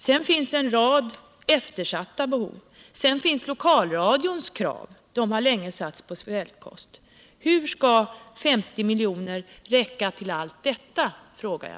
Vidare finns det en rad eftersatta behov. Därefter finns lokalradions krav. Den har länge suttit på svältkost. Jag frågar mig: Hur skall 50 miljoner räcka till allt detta?